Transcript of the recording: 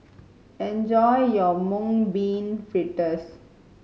enjoy your Mung Bean Fritters